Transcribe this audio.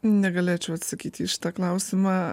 negalėčiau atsakyti į šitą klausimą